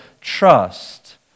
trust